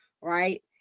Right